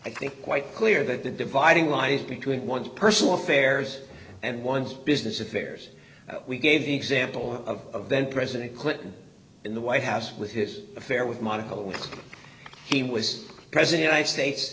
i think quite clear that the dividing line is between one's personal affairs and one's business affairs that we gave the example of then president clinton in the white house with his affair with monica lewinsky he was president i states